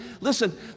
Listen